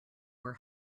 were